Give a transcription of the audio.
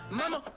mama